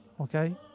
okay